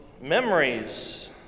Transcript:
memories